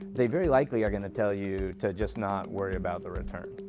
they very likely are going to tell you to just not worry about the return.